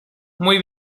muy